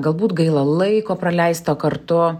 galbūt gaila laiko praleisto kartu